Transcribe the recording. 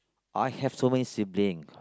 I have so many sibiling